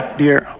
dear